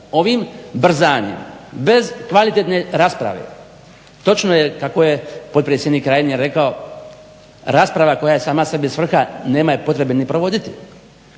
Ovim brzanjem bez kvalitetne rasprave, točno je kako je potpredsjednik Reiner rekao rasprava koja je sama sebi svrha, nema je potrebe ni provoditi,